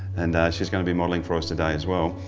and she's going to be modelling for us today as well.